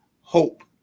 hope